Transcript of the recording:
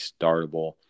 startable